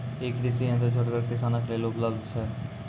ई कृषि यंत्र छोटगर किसानक लेल उपलव्ध छै?